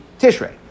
Tishrei